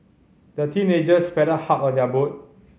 the teenagers paddled hard on their boat